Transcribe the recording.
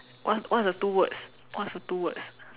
what what's the two words what's the two words